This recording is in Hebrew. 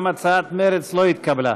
גם הצעת מרצ לא התקבלה.